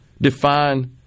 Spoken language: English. define